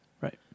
Right